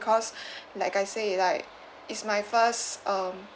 ~cause like I said like is my first um